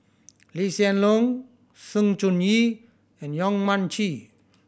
Lee Hsien Loong Sng Choon Yee and Yong Mun Chee